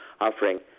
offering